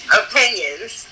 opinions